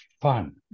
fun